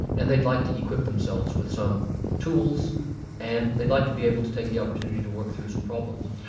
and they'd like to equip themselves with some tools and they'd like to be able to take the opportunity to work through some problems.